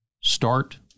start